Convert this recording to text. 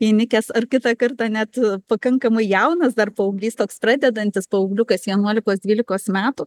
įnikęs ar kitą kartą net pakankamai jaunas dar paauglys toks pradedantis paaugliukas vienuolikos dvylikos metų